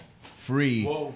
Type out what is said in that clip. free